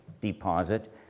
deposit